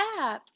apps